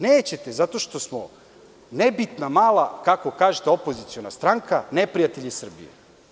Nećete zato što smo nebitna, mala, kako kažete, opoziciona stranka, neprijatelji Srbije.